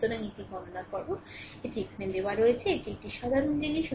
সুতরাং এটি গণনা r এটি এখানে দেওয়া হয়েছে সুতরাং এটি একটি সাধারণ জিনিস